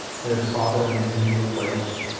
and his father in his usual place.